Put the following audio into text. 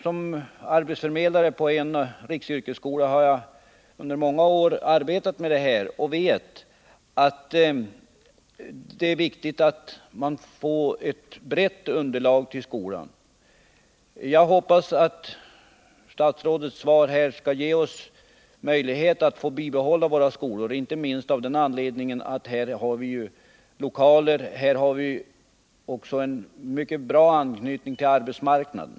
Som arbetsförmedlare på en riksyrkesskola har jag under många år arbetat med dessa frågor och vet att det är viktigt att man får ett brett rekryteringsunderlag till skolorna. Jag hoppas att statsrådets svar har den innebörden att det skall bli möjligt att få behålla riksyrkesskolorna — detta inte minst av den anledningen att det finns lokaler och en mycket bra anknytning till arbetsmarknaden.